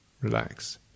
Relax